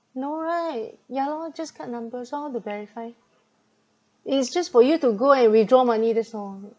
no right ya lor just card number so how to verify it is just for you to go and withdraw money that's all